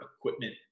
equipment